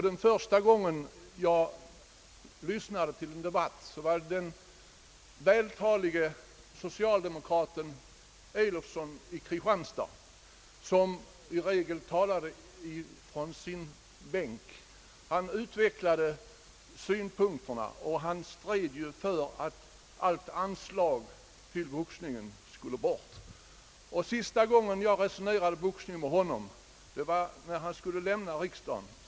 Den första gång jag lyssnade till en boxningsdebatt hörde jag den vältalige socialdemokraten Elowsson i Kristianstad, som i regel talade från sin bänk, och han stred för att anslaget till boxningen skulle bort. Sista gången jag resonerade boxning med honom var när han skulle lämna riksdagen.